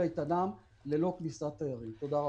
ולראות איך מכניסים לפה תיירות נכנסת חזרה.